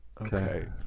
Okay